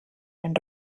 den